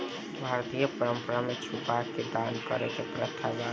भारतीय परंपरा में छुपा के दान करे के प्रथा बावे